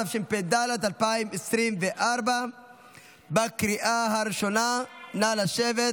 התשפ"ד 2024. נא לשבת,